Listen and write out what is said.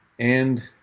and